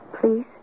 Please